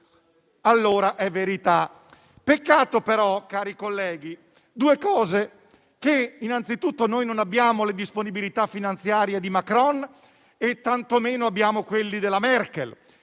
allora è verità. Peccato però, cari colleghi, che innanzitutto non abbiamo le disponibilità finanziarie di Macron, tantomeno quelle della Merkel.